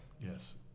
yes